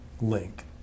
link